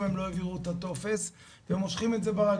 הם לא העבירו את הטופס והם מושכים את זה ברגליים.